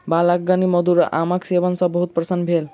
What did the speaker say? बालकगण मधुर आमक सेवन सॅ बहुत प्रसन्न भेल